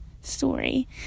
story